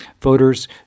voters